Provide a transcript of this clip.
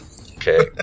Okay